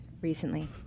recently